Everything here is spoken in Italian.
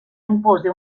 impose